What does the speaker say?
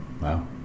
wow